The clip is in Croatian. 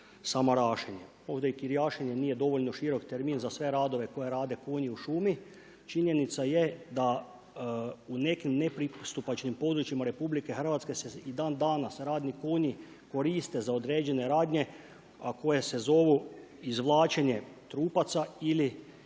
samarašenje. Ovdje kirijašenje nije dovoljno širok termin za sve radove koje rade konji u šumi. Činjenica je da u nekim nepristupačnim područjima RH, se dan danas radni konji koriste za određene radnje, a koje se zovu, izvlačenje trupaca ili